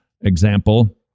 Example